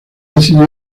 decidió